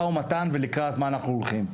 ומתן ולדעת לקראת מה אנחנו הולכים.